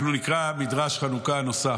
אנחנו נקרא מדרש חנוכה נוסף.